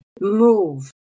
move